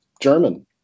German